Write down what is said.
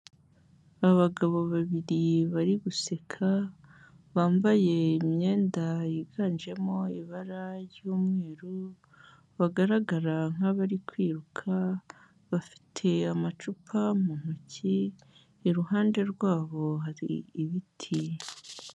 Abagabo babiri bari guseka bambaye imyenda yiganjemo ibara ry'umweru bagaragara nk'abari kwiruka, bafite amacupa mu ntoki, iruhande rwabo hari ibiti.